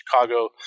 Chicago